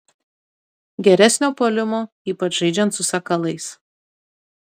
geresnio puolimo ypač žaidžiant su sakalais